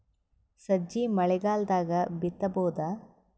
ಸಜ್ಜಿ ಮಳಿಗಾಲ್ ದಾಗ್ ಬಿತಬೋದ?